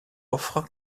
offre